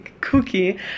cookie